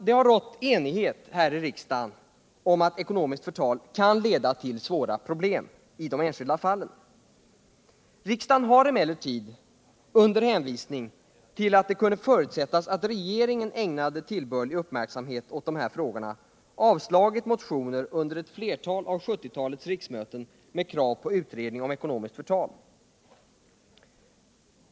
Det har rått enighet här i riksdagen om att ekonomiskt förtal kan leda till svåra problem i de enskilda fallen. Riksdagen har emellertid, under hänvisning till att det kunde förutsättas att regeringen ägnade tillbörlig uppmärksamhet åt de här frågorna, under ett flertal av 1970-talets riksmöten avslagit motioner med krav på utredning om ekonomiskt förtal.